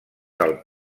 del